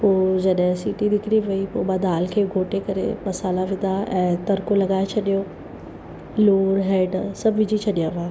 पोइ जॾहिं सिटी निकिरी वेई पोइ मां दालि खे घोटे करे मसाला विधा ऐं तड़को लॻाए छॾियो लूणु हेड सभु विझी छॾिया हुआ